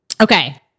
Okay